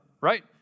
right